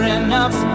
enough